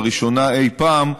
לראשונה אי-פעם,